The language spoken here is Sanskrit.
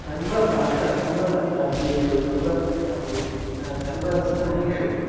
सर्व भाषा सर्व राज्येषु सर्व कक्षासु सर्व स्थानेषु